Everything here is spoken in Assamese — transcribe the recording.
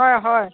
হয় হয়